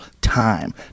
time